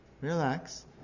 relax